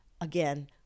Again